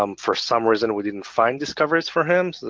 um for some reason we didn't find discoveries for him. so